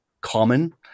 common